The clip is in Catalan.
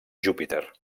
júpiter